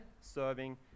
serving